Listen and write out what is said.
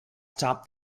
stop